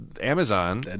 Amazon